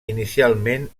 inicialment